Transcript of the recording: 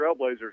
Trailblazers